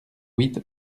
huit